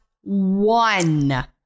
one